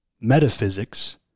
metaphysics